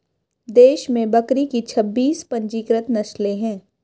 देश में बकरी की छब्बीस पंजीकृत नस्लें हैं